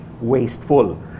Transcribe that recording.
wasteful